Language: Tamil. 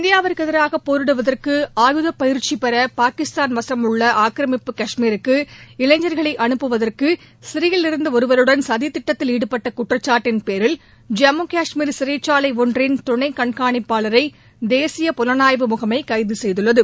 இந்தியாவிற்கு எதிராக போரிடுவதற்கு ஆயுதப் பயிற்சிபெற பாகிஸ்தான் வசும் உள்ள ஆக்கிரமிப்பு கஷ்மீருக்கு இளைஞர்களை அனுப்புவதற்கு சிறையிலிருந்த ஒருவருடன் சதிதிட்டத்தில் ஈடுபட்ட குற்றச்சாட்டின் பேரில் ஜம்மு காஷ்மீர் சிறைச்சாலை ஒன்றின் துணை கண்கானிப்பாளரை தேசிய புலணாய்வு முகமை கைது செய்துள்ளது